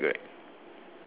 ya correct correct